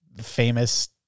famous